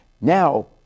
now